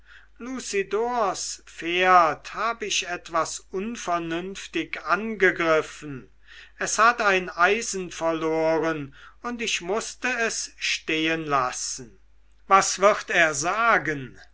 hab ich etwas unvernünftig angegriffen es hat ein eisen verloren und ich mußte es stehen lassen was wird er sagen